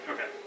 Okay